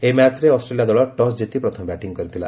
ଏହି ମ୍ୟାଚ୍ରେ ଅଷ୍ଟ୍ରେଲିଆ ଦଳ ଟସ୍ ଜିତି ପ୍ରଥମେ ବ୍ୟାଟିଂ କରିଥିଲା